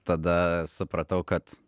tada supratau kad